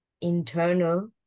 internal